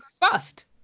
bust